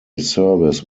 service